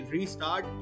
Restart